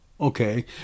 Okay